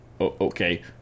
okay